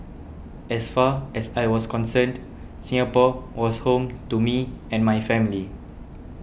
as far as I was concerned Singapore was home to me and my family